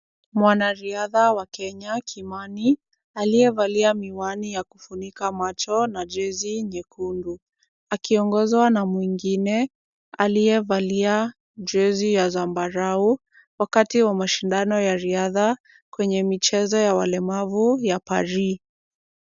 Mwanariadha wa Kenya, Kimani, aliyevalia miwani ya kufunika macho na jezi nyekundu, akiongozwa na mwingine aliyevalia jezi ya zambarau, wakati wa mashindano ya riadha kwenye michezo wa walemavu ya Paris.